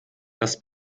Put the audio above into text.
das